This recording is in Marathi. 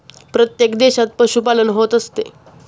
प्रत्येक देशात पशुपालन होत असते